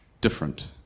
different